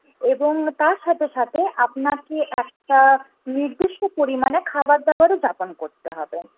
এবং তার সাথে সাথে আপনাকে একটা নির্দিষ্ট পরিমানে খাবারদাবারও যাপন করতে হবে